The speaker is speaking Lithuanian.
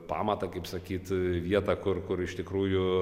pamatą kaip sakyt vietą kur kur iš tikrųjų